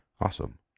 Awesome